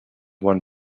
one